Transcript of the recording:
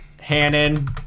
hannon